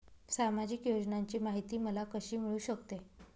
सामाजिक योजनांची माहिती मला कशी मिळू शकते?